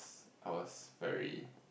I was very